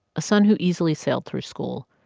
a son who easily sailed through school.